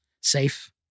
Safe